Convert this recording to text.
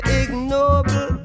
ignoble